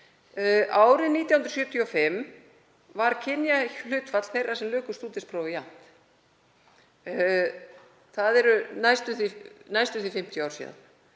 Árið 1975 var kynjahlutfall þeirra sem luku stúdentsprófi jafnt. Það eru næstum því 50 ár síðan,